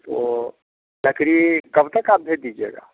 तो लकड़ी कब तक आप भेज दीजिएगा